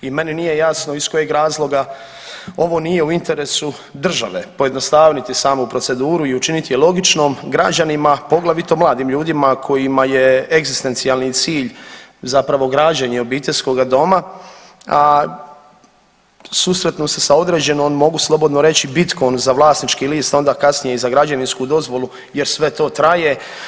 I meni nije jasno iz kojeg razloga ovo nije u interesu države pojednostaviti samu proceduru i učiniti je logičnom građanima poglavito mladim ljudima kojima je egzistencijalni cilj zapravo građenje obiteljskoga doma, a susretnu se sa određenom mogu slobodno reći bitkom za vlasnički list, a onda kasnije i za građevinsku dozvolu jer sve to traje.